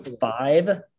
five